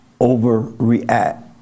overreact